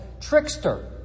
trickster